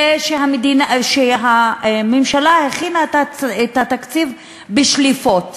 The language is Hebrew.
ושהממשלה הכינה את התקציב בשליפות,